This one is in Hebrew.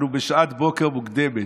אנחנו בשעת בוקר מוקדמת,